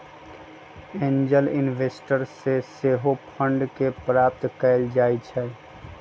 angel investors से सेहो fund के प्राप्त कएल जाइ छइ